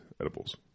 edibles